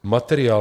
Materiál.